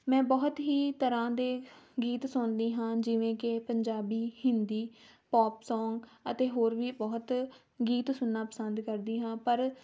ਮੈਂ ਬਹੁਤ ਹੀ ਤਰ੍ਹਾਂ ਦੇ ਗੀਤ ਸੁਣਦੀ ਹਾਂ ਜਿਵੇਂ ਕਿ ਪੰਜਾਬੀ ਹਿੰਦੀ ਪੋਪ ਸੌਂਗ ਅਤੇ ਹੋਰ ਵੀ ਬਹੁਤ ਗੀਤ ਸੁਣਨਾ ਪਸੰਦ ਕਰਦੀ ਹਾਂ ਪਰ